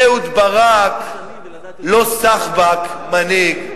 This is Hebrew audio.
אהוד ברק לא סחבק, מנהיג.